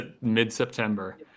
mid-september